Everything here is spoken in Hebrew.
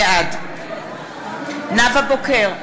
בעד נאוה בוקר,